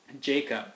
Jacob